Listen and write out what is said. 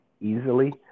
easily